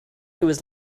was